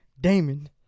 Damon